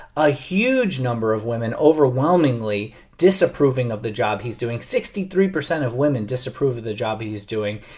a huge number of women overwhelmingly disapproving of the job. he's doing sixty three percent of women disapprove of the job he's doing.